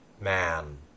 man